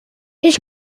his